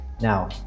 Now